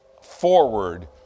forward